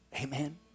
Amen